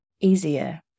easier